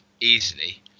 easily